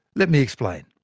let me explain.